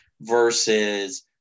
versus